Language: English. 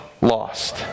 lost